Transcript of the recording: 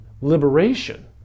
liberation